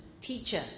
Teacher